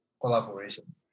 collaboration